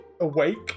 awake